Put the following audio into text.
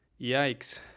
Yikes